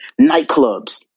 Nightclubs